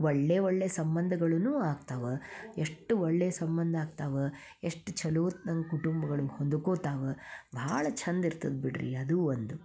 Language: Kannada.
ಒಳ್ಳೆಯ ಒಳ್ಳೆಯ ಸಂಬಂಧಗಳೂ ಆಗ್ತಾವೆ ಎಷ್ಟು ಒಳ್ಳೆಯ ಸಂಬಂಧ ಆಗ್ತಾವೆ ಎಷ್ಟು ಚಲೋತ್ನಂಗೆ ಕುಟುಂಬ್ಗಳು ಹೊಂದ್ಕೊತಾವೆ ಭಾಳ ಚಂದ ಇರ್ತದೆ ಬಿಡಿರಿ ಅದೂ ಒಂದು